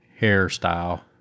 hairstyle